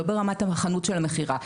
לא ברמת החנות של המכירה.